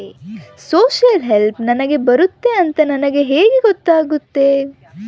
Social help ನನಗೆ ಬರುತ್ತೆ ಅಂತ ನನಗೆ ಹೆಂಗ ಗೊತ್ತಾಗುತ್ತೆ?